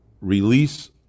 release